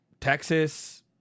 Texas